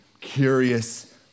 curious